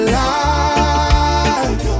life